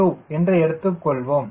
2 என்று எடுத்துக்கொள்வோம்